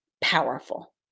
powerful